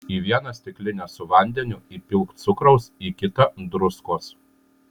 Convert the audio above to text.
į vieną stiklinę su vandeniu įpilk cukraus į kitą druskos